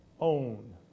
own